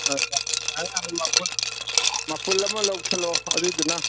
ꯌꯥꯅꯤ ꯌꯥꯅꯤ ꯃꯄꯨꯟ ꯃꯄꯨꯟ ꯑꯃ ꯂꯧꯁꯜꯂꯣ ꯑꯗꯨꯗꯨꯅ